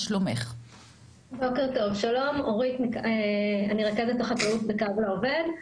בוקר טוב, אורית, אני רכזת החקלאות ב"קו לעובד".